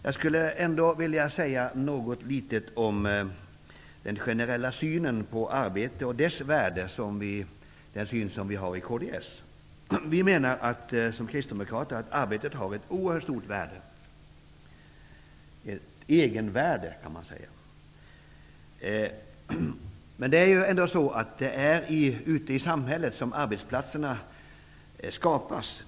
Jag vill ändå säga något litet om den generella syn på arbete och dess värde, som vi har inom kds. Som kristdemokrater anser vi att arbetet har ett oerhört stort värde, ett egenvärde. Det är ute i samhället som arbetsplatserna skapas.